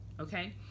Okay